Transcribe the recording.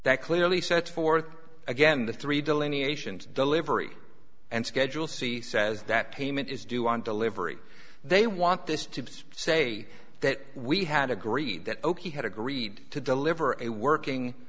that clearly sets forth again the three delineations delivery and schedule c says that payment is due on delivery they want this to say that we had agreed that oki had agreed to deliver a working